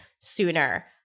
sooner